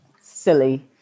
Silly